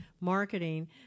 marketing